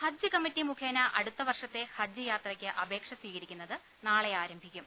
ഹജ്ജ് committee മുഖേന അടുത്ത വർഷത്തെ ഹജ്ജ് യാത്രയ്ക്ക് അപേക്ഷ സ്വീകരിക്കുന്നത് നാളെ ആരംഭിക്കും